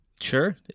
sure